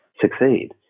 succeed